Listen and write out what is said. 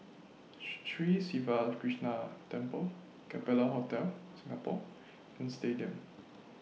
Sri Siva Krishna Temple Capella Hotel Singapore and Stadium